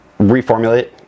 reformulate